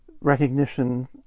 recognition